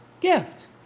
gift